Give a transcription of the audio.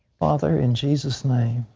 father, in jesus' name,